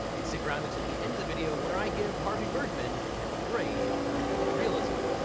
and stick around until the end of the video, where i give harvey birdman a grade for legal realism.